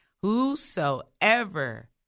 Whosoever